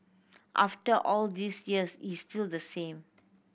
after all these years he's still the same